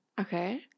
Okay